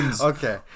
Okay